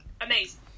Amazing